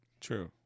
True